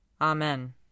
Amen